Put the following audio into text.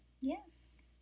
Yes